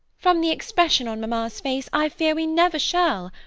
from the expression on mamma's face i fear we never shall.